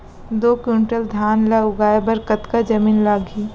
दो क्विंटल धान ला उगाए बर कतका जमीन लागही?